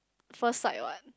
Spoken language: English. first sight what